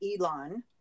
Elon